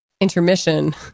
intermission